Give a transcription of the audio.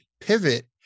pivot